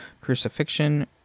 Crucifixion